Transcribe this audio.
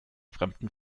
fremden